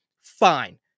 Fine